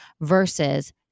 versus